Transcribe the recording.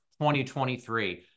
2023